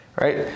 right